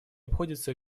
обходится